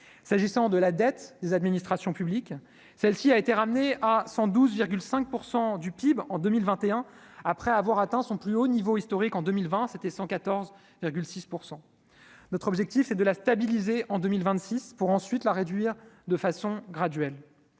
s'agissant de la dette des administrations publiques, celle-ci a été ramenée à 112,5 % du PIB en 2021, après avoir atteint son plus haut niveau historique en 2020, c'était 114 6 % notre objectif est de la stabiliser en 2026 pour ensuite la réduire de façon graduelle,